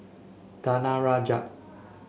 danaraj